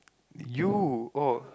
you oh